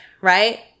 right